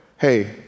hey